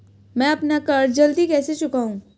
मैं अपना कर्ज जल्दी कैसे चुकाऊं?